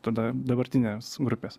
tada dabartinės grupės